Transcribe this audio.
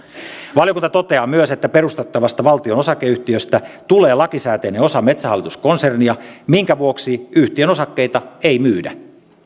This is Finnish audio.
valiokunta toteaa myös että perustettavasta valtion osakeyhtiöstä tulee lakisääteinen osa metsähallitus konsernia minkä vuoksi yhtiön osakkeita ei myydä